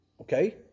Okay